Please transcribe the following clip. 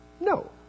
No